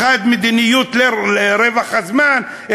אחד מדיניות להרוויח זמן,